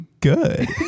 good